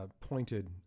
pointed